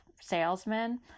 salesmen